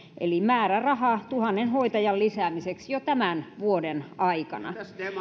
eli määräraha tuhannen hoitajan lisäämiseksi jo tämän vuoden aikana